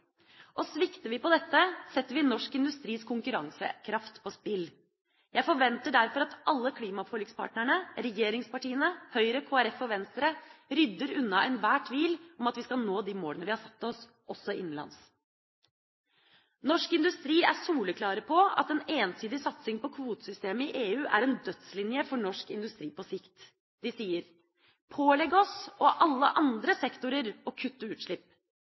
Og svikter vi på dette, setter vi norsk industris konkurransekraft på spill. Jeg forventer derfor at alle klimaforlikspartnerne, regjeringspartiene, Høyre, Kristelig Folkeparti og Venstre, rydder unna enhver tvil om at vi skal nå de målene vi har satt oss, også innenlands. Norsk Industri er soleklare på at en ensidig satsing på kvotesystemet i EU er en dødslinje for norsk industri på sikt. De sier: Pålegg oss og alle andre sektorer å kutte utslipp.